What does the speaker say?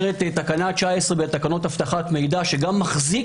אומרת תקנה 19 בתקנות אבטחת מידע שגם מחזיק